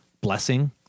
Blessing